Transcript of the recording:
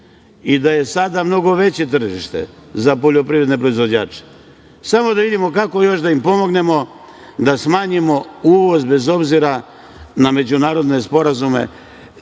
i da je sada mnogo veće tržište za poljoprivredne proizvođače. Samo da vidimo kako još da im pomognemo da smanjimo uvoz bez obzira na međunarodne sporazume